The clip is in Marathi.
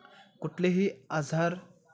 कुठलेही आजार